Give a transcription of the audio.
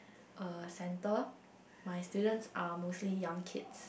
a centre my students are mostly young kids